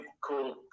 cool